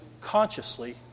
consciously